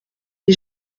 des